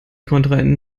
kontrahenten